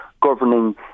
governing